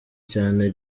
cyane